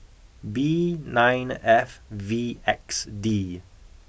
B nine F V X D